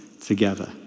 together